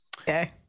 okay